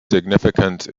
significance